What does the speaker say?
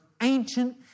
ancient